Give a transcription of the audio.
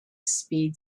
speed